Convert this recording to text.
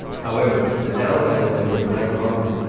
however, the downside was that they were lightly armored.